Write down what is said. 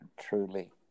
truly